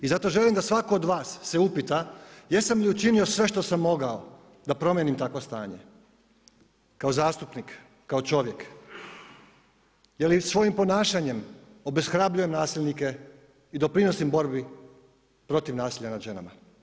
I zato želim da svako od vas se upita, jesam li učinio sve što sam mogao da promijenim takvo stanje, kao zastupnik, kao čovjek, jeli svojim ponašanjem obeshrabrujem nasilnike i doprinosim borbi protiv nasilja nad ženama.